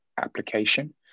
application